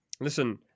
Listen